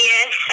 Yes